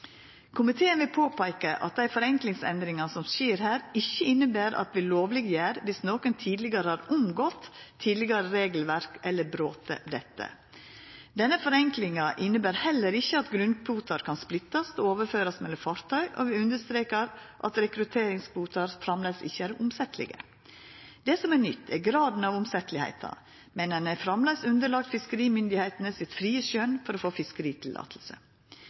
Komiteen vil påpeika at dei forenklingsendringane som skjer her, ikkje inneber at vi lovleggjer det dersom nokon har omgått tidlegare regelverk eller brote dette. Denne forenklinga inneber heller ikkje at grunnkvotar kan splittast og overførast mellom fartøy, og vi understrekar at rekrutteringskvotar framleis ikkje er omsetjelege. Det som er nytt, er graden av omsetjelegheita. Men ein er framleis underlagd det frie skjønet til fiskerimyndigheitene for å få